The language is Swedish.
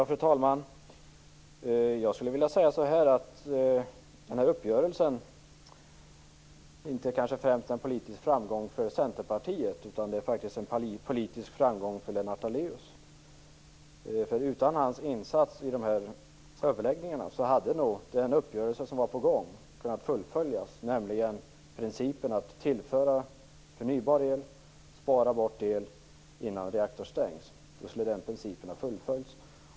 Fru talman! Den här uppgörelsen är kanske inte främst en politisk framgång för Centerpartiet utan en politisk framgång för Lennart Daléus. Utan hans insats i överläggningarna hade nog den uppgörelse som var på gång kunnat fullföljas. Då hade principen att tillföra förnybar el och att spara bort el innan en reaktor stängs kunnat fullföljas.